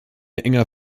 enger